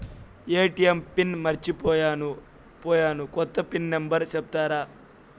ATM pin మర్చిపోయాను పోయాను, కొత్త పిన్ నెంబర్ సెప్తారా?